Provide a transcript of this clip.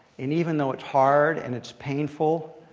and even though it's hard and it's painful,